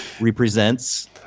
represents